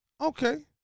Okay